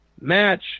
match